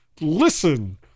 listen